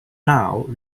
now